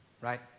right